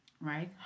Right